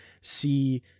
see